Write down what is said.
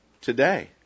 today